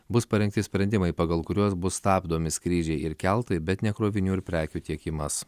bus parengti sprendimai pagal kuriuos bus stabdomi skrydžiai ir keltai bet ne krovinių ir prekių tiekimas